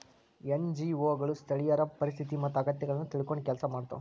NGO ಗಳು ಸ್ಥಳೇಯರ ಪರಿಸ್ಥಿತಿ ಮತ್ತ ಅಗತ್ಯಗಳನ್ನ ತಿಳ್ಕೊಂಡ್ ಕೆಲ್ಸ ಮಾಡ್ತವಾ